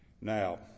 Now